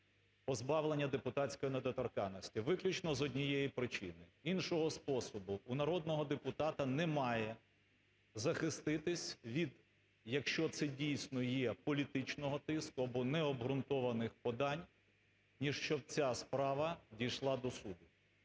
позбавлення депутатської недоторканності. Виключно з однієї причини. Іншого способу у народного депутата немає захиститися від, якщо це, дійсно, є, політичного тиску або необґрунтованих подань, ніж щоб ця справа дійшла до суду.